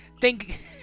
thank